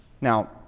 Now